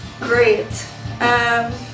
great